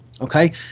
Okay